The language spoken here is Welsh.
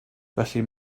felly